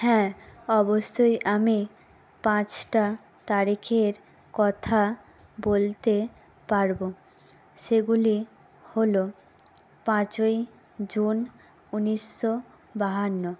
হ্যাঁ অবশ্যই আমি পাঁচটা তারিখের কথা বলতে পারবো সেগুলি হলো পাঁচই জুন উনিশশো বাহান্ন